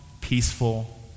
peaceful